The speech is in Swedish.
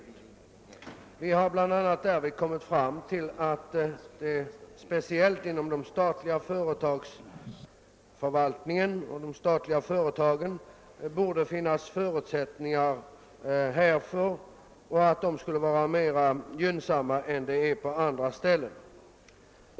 Vi har bl.a. kommit fram till att det speciellt inom de statliga företagen borde finnas bättre möjligheter än på andra håll för företagsdemokrati.